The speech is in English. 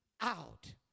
out